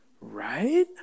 Right